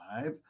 five